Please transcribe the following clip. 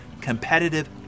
competitive